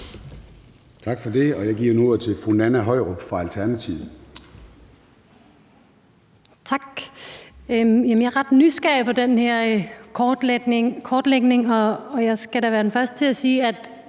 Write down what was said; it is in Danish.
jeg giver nu ordet til fru Nanna Høyrup fra Alternativet.